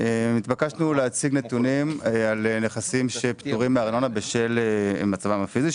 התבקשנו להציג נתונים על נכסים שפטורים מארנונה בשל מצבם הפיזי,